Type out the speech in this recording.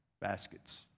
baskets